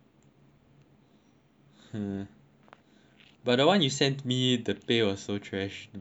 hmm but the one you sent me the pay also trash but they replied ah